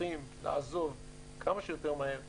צריכים לעזוב כמה שיותר מהר הכול,